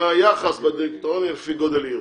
שהיחס בדירקטוריון לפי גודל עיר.